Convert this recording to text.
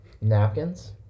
Napkins